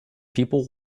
people